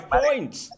points